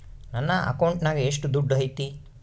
ನನ್ನ ಅಕೌಂಟಿನಾಗ ಎಷ್ಟು ದುಡ್ಡು ಐತಿ?